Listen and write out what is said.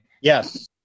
Yes